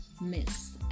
miss